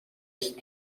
است